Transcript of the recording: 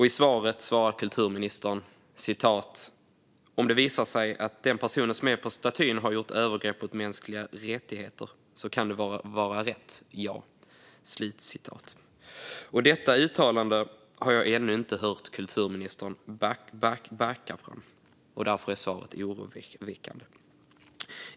I svaret säger kulturministern: "Om det visar sig att den personen som är på statyn har gjort övergrepp mot mänskliga rättigheter så kan det vara rätt, ja." Detta uttalande har jag ännu inte hört kulturministern backa från, och därför är svaret oroväckande.